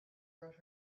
wrote